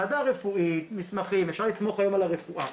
ועדה רפואית, מסמכים, אפשר לסמוך היום על הרפואה.